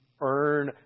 earn